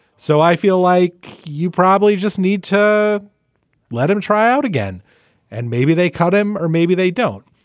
so i feel like you probably just need to let him try out again and maybe they cut him or maybe they don't.